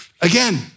again